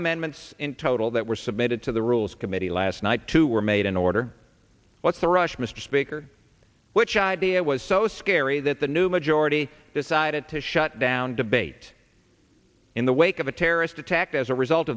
amendments in total that were submitted to the rules committee last night two were made in order what's the rush mr speaker which idea was so scary that the new majority decided to shut down debate in the wake of a terrorist attack as a result